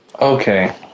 Okay